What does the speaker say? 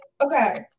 okay